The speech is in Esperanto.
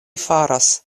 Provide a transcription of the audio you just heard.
faras